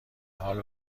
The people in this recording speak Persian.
حال